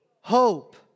hope